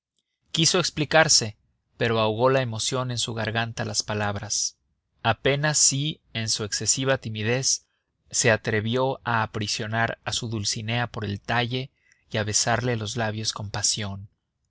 quiso explicarse pero ahogó la emoción en su garganta las palabras apenas si en su excesiva timidez se atrevió a aprisionar a su dulcinea por el talle y a besarle los labios con pasión